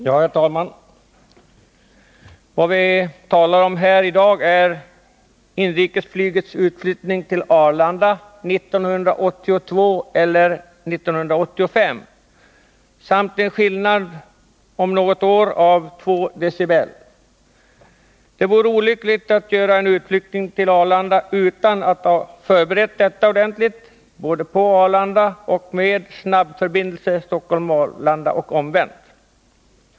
Herr talman! Vad vi talar om här i dag är inrikesflygets utflyttning till Arlanda 1982 eller 1985 samt en skillnad, om något år, av två decibel. Det vore olyckligt att genomföra en utflyttning till Arlanda utan att där ha förberett detta ordentligt och utan att ha förberett en snabbförbindelse Stockholm-Arlanda och omvänt.